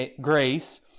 grace